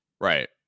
Right